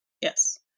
Yes